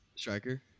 striker